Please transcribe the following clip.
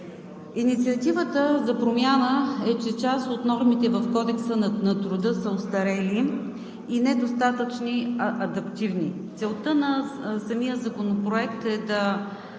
Инициативата за промяна е, че част от нормите в Кодекса на труда са остарели и недостатъчно адаптивни. Целта на самия Законопроект е да